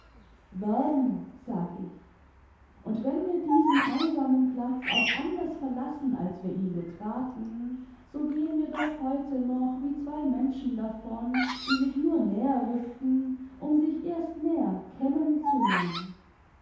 werden sag ich und wenn wir diesen einsamen platz auch anders verlassen als wir ihn betraten so gehen wir doch heute noch wie zwei menschen davon die sich nur näher rückten um sich erst näher